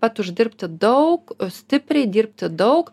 pat uždirbti daug stipriai dirbti daug